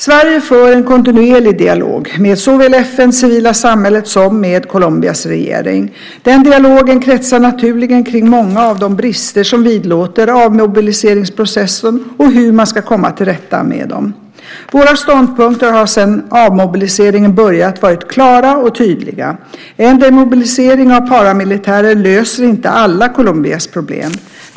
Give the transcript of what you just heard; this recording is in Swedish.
Sverige för en kontinuerlig dialog med såväl FN, civila samhället som med Colombias regering. Den dialogen kretsar naturligen kring många av de brister som vidlåder avmobiliseringsprocessen och hur man ska komma till rätta med dessa. Våra ståndpunkter har sedan avmobiliseringens början varit klara och tydliga. En demobilisering av paramilitärer löser inte alla Colombias problem.